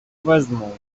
wezmą